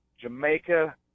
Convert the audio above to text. Jamaica